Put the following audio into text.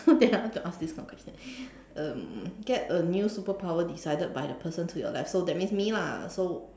then I have to ask this kind of question um get a new superpower decided by the person to your left that means me lah so